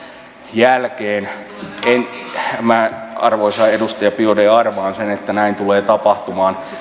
jälkeen arvoisa edustaja biaudet arvaan sen että näin tulee tapahtumaan